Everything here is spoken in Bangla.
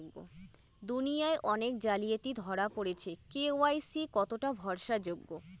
দুনিয়ায় অনেক জালিয়াতি ধরা পরেছে কে.ওয়াই.সি কতোটা ভরসা যোগ্য?